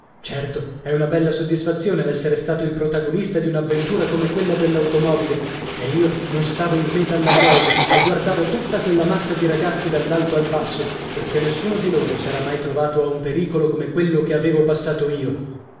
certo è una bella soddisfazione l'essere stato il protagonista di un'avventura come quella dell'automobile e io non stavo in me dalla gioia e guardavo tutta quella massa di ragazzi dall'alto al basso perché nessuno di loro s'era mai trovato a un pericolo come quello che avevo passato io